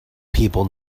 people